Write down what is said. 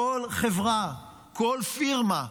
כל חברה, כל פירמה,